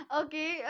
okay